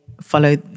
follow